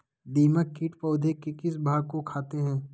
दीमक किट पौधे के किस भाग को खाते हैं?